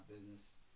business